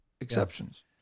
Exceptions